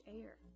air